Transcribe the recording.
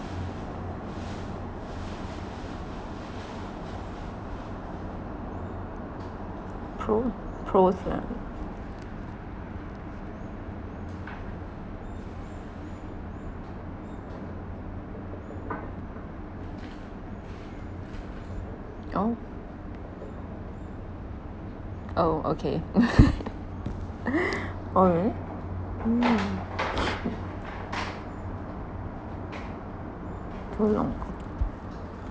pro~ pros lah oh oh okay oh really mm too long